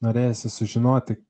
norėjosi sužinoti